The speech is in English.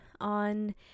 on